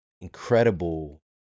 incredible